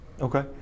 Okay